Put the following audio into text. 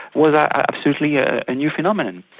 was absolutely a and new phenomenon.